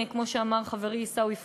כמו שאמר חברי עיסאווי פריג',